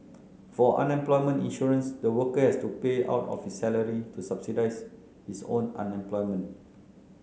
for unemployment insurance the worker has to pay out of his salary to subsidise his own unemployment